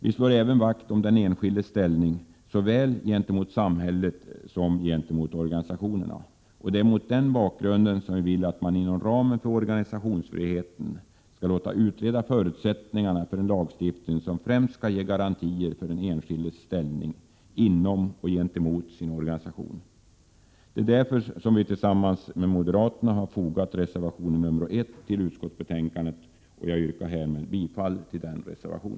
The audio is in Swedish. Vi slår även vakt om den enskildes ställning såväl gentemot samhället som gentemot organisationerna. Det är mot denna bakgrund vi vill att man inom ramen för organisationsfriheten skall låta utreda förutsättningarna för en lagstiftning som främst skall ge garantier för den enskildes ställning inom och gentemot sin organisation. Det är därför som vi tillsammans med moderaterna har fogat reservation nr 1 till utskottsbetänkandet, vilken jag härmed yrkar bifall till.